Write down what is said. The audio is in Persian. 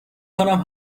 کنم